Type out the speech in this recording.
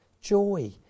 joy